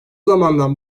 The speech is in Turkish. zamandan